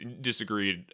disagreed